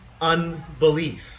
unbelief